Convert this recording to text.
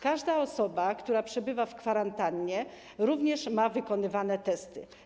Każda osoba, która przebywa w kwarantannie, również ma wykonywane testy.